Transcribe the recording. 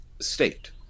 state